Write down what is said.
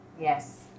Yes